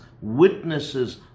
witnesses